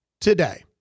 today